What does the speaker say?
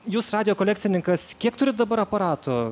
jūs radijo kolekcininkas kiek turit dabar aparatų